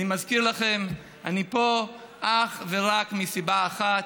אני מזכיר לכם, אני פה אך ורק מסיבה אחת: